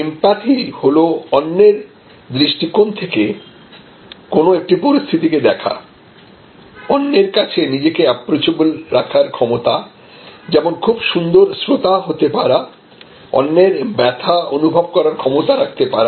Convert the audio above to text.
empathy হলো অন্যের দৃষ্টিকোণ থেকে কোন একটা পরিস্থিতিকে দেখা অন্যের কাছে নিজেকে অ্যাপ্রচাবল রাখার ক্ষমতা যেমন খুব সুন্দর শ্রোতা হতে পারা অন্যের ব্যথা অনুভব করার ক্ষমতা রাখতে পারা